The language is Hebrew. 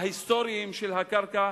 ההיסטוריים של הקרקע,